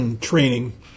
training